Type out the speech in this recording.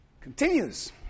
continues